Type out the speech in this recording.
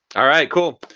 all right. cool.